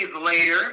later